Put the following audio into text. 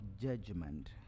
judgment